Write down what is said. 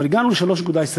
אבל הגענו ל-3.25,